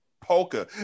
polka